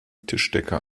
tischdecke